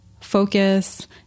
focus